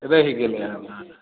रहि गेल हन